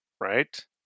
right